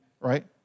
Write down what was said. right